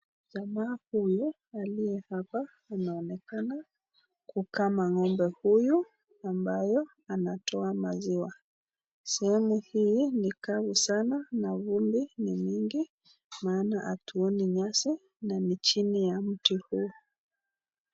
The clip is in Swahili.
Jamaa huyu aliye hapa anaonekana kukama ng'ombe huyu ambayo anatoa maziwa. Sehemu hii ni kavu sana na vumbi ni nyingi maana hatuoni nyasi na ni chini ya mti huu.